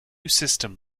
system